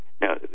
Now